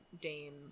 Dame